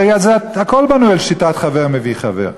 הרי הכול בנוי על שיטת חבר מביא חבר.